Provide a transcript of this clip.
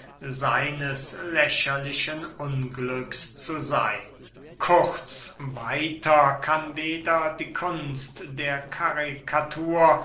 seines lächerlichen unglücks zu seyn kurz weiter kann weder die kunst der karikatur